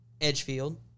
Edgefield